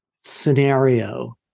scenario